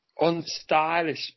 unstylish